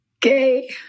gay